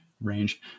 range